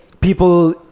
people